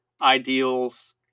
ideals